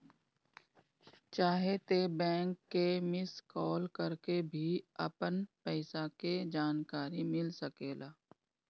चाहे त बैंक के मिस कॉल करके भी अपन पईसा के जानकारी मिल सकेला